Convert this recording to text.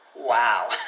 Wow